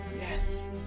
yes